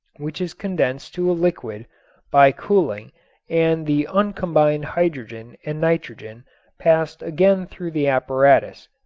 which is condensed to a liquid by cooling and the uncombined hydrogen and nitrogen passed again through the apparatus.